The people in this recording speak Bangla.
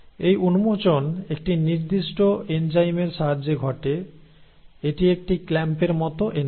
এই উন্মোচন একটি নির্দিষ্ট এনজাইমের সাহায্যে ঘটে এটি একটি ক্ল্যাম্পের মতো এনজাইম